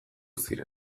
ziren